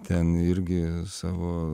ten irgi savo